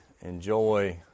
enjoy